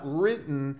written